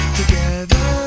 together